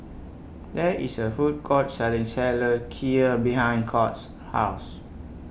There IS A Food Court Selling seller Kheer behind Scott's House